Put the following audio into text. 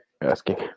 asking